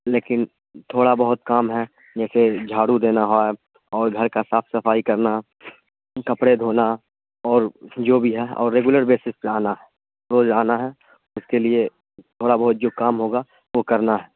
لیکن تھوڑا بہت کام ہے جیسے جھاڑو دینا ہوا اور گھر کا صاف صفائی کرنا کپڑے دھونا اور جو بھی ہے اور ریگولر بیسس پہ آنا ہے روز آنا ہے اس کے لیے تھوڑا بہت جو کام ہوگا وہ کرنا ہے